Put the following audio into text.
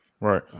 Right